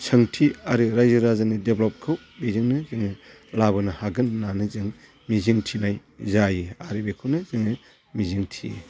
सोंथि आरो रायजो राजानि डेभेलपखौ बेजोंनो जोङो लाबोनो हागोन होननानै जों मिजिं थिनाय जायो आरो बेखौनो जोङो मिजिं थियो